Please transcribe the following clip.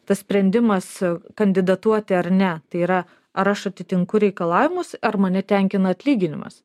tas sprendimas kandidatuoti ar ne tai yra ar aš atitinku reikalavimus ar mane tenkina atlyginimas